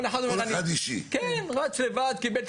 כל אחד רץ לבד.